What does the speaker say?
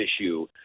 issue